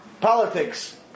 politics